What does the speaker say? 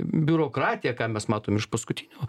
biurokratija ką mes matom iš paskutinių